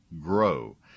GROW